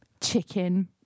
chicken